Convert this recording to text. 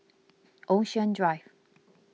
Ocean Drive